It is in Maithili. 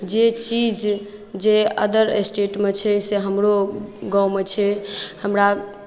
जे चीज जे अदर स्टेटमे छै से हमरो गाँवमे छै हमरा